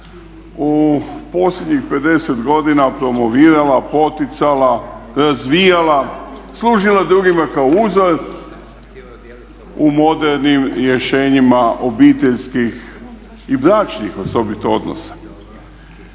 u posljednjih 50 godina promovirala, poticala, razvijala, služila drugima kao uzor u modernim rješenjima obiteljskih i bračnih osobito odnosa.